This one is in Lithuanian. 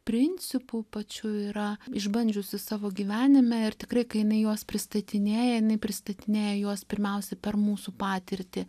principų pačių yra išbandžiusi savo gyvenime ir tikrai kai jinai juos pristatinėja jinai pristatinėja juos pirmiausia per mūsų patirtį